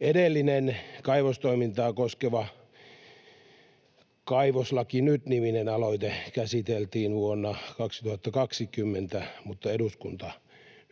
Edellinen kaivostoimintaa koskeva Kaivoslaki Nyt ‑niminen aloite käsiteltiin vuonna 2020, mutta eduskunta